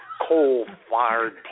coal-fired